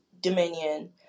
Dominion